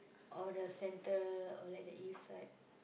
or the Center or like the East side